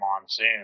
monsoon